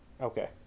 Okay